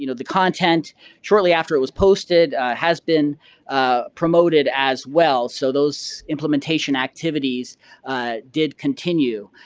you know the content shortly after it was posted has been promoted as well. so those implementation activities did continue.